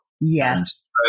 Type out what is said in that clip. yes